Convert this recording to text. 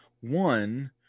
one